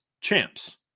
champs